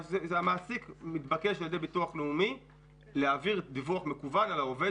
המעסיק מתבקש על-ידי ביטוח לאומי להעביר דיווח מקוון על העובד